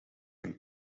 een